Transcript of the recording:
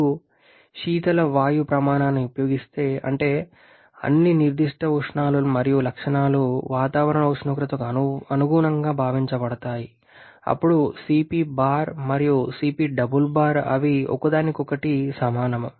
మీరు శీతల వాయు ప్రమాణాన్ని ఉపయోగిస్తే అంటే అన్ని నిర్దిష్ట ఉష్ణాలు మరియు లక్షణాలు వాతావరణ ఉష్ణోగ్రతకు అనుగుణంగా భావించబడతాయి అప్పుడు cp బార్ మరియు cp డబుల్ బార్ అవి ఒకదానికొకటి సమానం